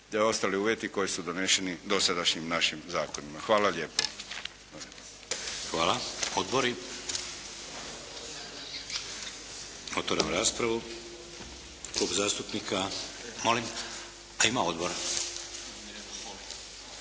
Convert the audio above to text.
se ostali uvjeti koji su doneseni dosadašnjim našim zakonima. Hvala lijepo. **Šeks, Vladimir (HDZ)** Hvala. Odbori. Otvaram raspravu. Klub zastupnika… Molim? A ima odbor.